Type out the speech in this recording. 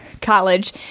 college